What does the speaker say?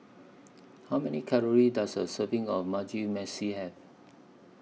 How Many Calories Does A Serving of Mugi Meshi Have